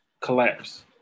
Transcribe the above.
Collapse